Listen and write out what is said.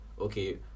okay